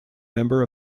member